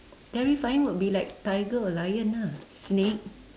terrifying would be like tiger or lion ah snake